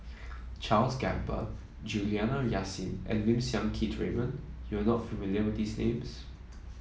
Charles Gamba Juliana Yasin and Lim Siang Keat Raymond you are not familiar with these names